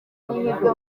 n’ihirwe